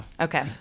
Okay